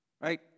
Right